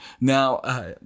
Now